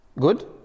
Good